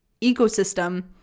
ecosystem